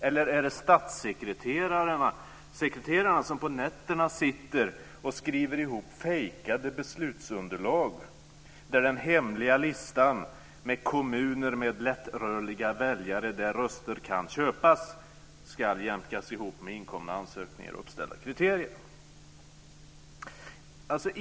Eller är det statssekreterarna som på nätterna sitter och skriver ihop fejkade beslutsunderlag där den hemliga listan med kommuner-medlättrörliga-väljare-där-röster-kan-köpas ska jämkas ihop med inkomna ansökningar och uppställda kriterier?